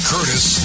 Curtis